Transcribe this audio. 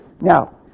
Now